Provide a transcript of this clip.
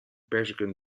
perziken